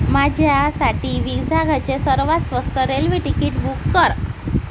माझ्यासाठी विझागाचे सर्वात स्वस्त रेल्वे तिकीट बुक कर